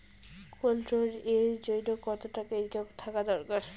Gold loan এর জইন্যে কতো টাকা ইনকাম থাকা দরকার?